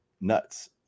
nuts